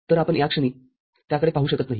तर आपण या क्षणी त्याकडे पाहू शकत नाही